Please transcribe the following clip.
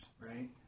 right